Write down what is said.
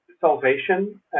salvation